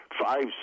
five